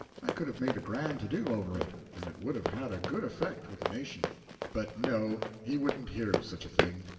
i could have made a grand to-do over it, and it would have had a good effect with the nation but no, he wouldn't hear of such a thing.